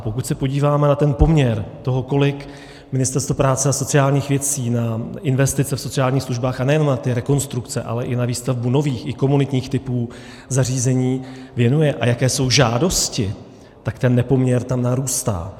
A pokud se podíváme na poměr toho, kolik Ministerstvo práce a sociálních věcí na investice v sociálních službách a nejenom na ty rekonstrukce, ale i na výstavbu nových i komunitních typů zařízení věnuje a jaké jsou žádosti, tak ten nepoměr tam narůstá.